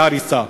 להריסה.